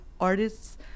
artists